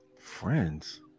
friends